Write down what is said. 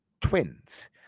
twins